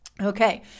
Okay